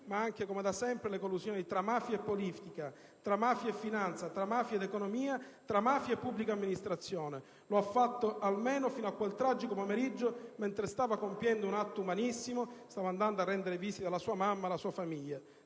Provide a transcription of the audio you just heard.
ma anche, come da sempre, contro le collusioni tra mafia e politica, tra mafia e finanza, tra mafia ed economia, tra mafia e pubblica amministrazione. Lo ha fatto almeno fino a quel tragico pomeriggio, quando stava compiendo un atto umanissimo: stava andando a rendere visita a sua madre, alla sua famiglia.